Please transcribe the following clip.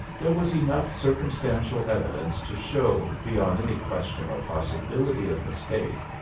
there was enough circumstantial evidence to show, beyond any question or possibility of mistake,